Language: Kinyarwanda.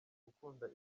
gukunda